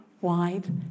wide